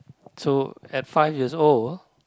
so at five years old